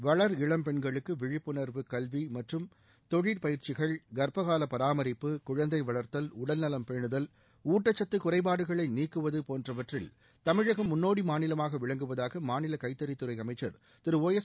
வளர் இளம் பெண்களுக்கு விழிப்புணர்வு கல்வி மற்றும் தொழிற் பயிற்சிகள் கர்ப்ப கால பராமரிப்பு குழந்தை வளர்த்தல் உடல்நலம் பேனுதல் ஊட்டச்சத்து குறைபாடுகளை நீக்குவது போன்றவற்றில் தமிழகம் முன்னோடி மாநிலமாக விளங்குவதாக மாநில கைத்தறித்துறை அமைச்சர் திரு ஒ எஸ்